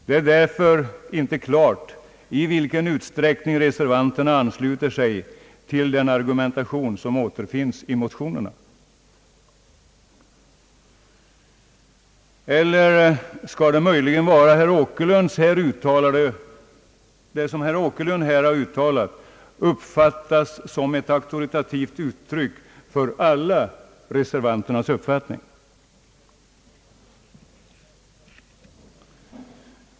Det är därför inte klart i vilken utsträckning reservanterna ansluter sig till den argumentation som återfinns i motionerna. Eller skall möjligen det som herr Åkerlund här har uttalat uppfattas som ett auktoritativt uttryck för alla reservanters uppfattning?